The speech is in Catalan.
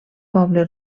poble